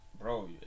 bro